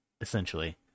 essentially